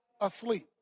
asleep